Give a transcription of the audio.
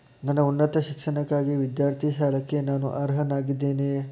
ನನ್ನ ಉನ್ನತ ಶಿಕ್ಷಣಕ್ಕಾಗಿ ವಿದ್ಯಾರ್ಥಿ ಸಾಲಕ್ಕೆ ನಾನು ಅರ್ಹನಾಗಿದ್ದೇನೆಯೇ?